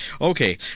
Okay